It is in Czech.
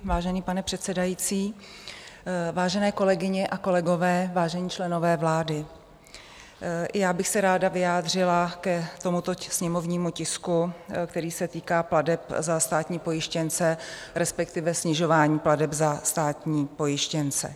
Vážený pane předsedající, vážené kolegyně a kolegové, vážení členové vlády, já bych se ráda vyjádřila k tomuto sněmovnímu tisku, který se týká plateb za státní pojištěnce, respektive snižování plateb za státní pojištěnce.